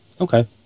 Okay